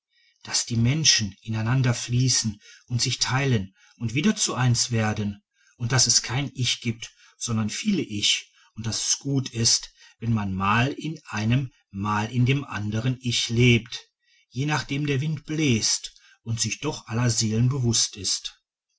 daß die menschen ineinanderfließen und sich teilen und wieder zu eins werden und daß es kein ich gibt sondern viele ich und daß es gut ist wenn man mal in dem einen mal in dem andern ich lebt je nachdem der wind bläst und sich doch aller seelen bewußt ist